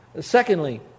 Secondly